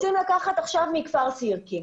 רוצים לקחת עכשיו מכפר סירקין.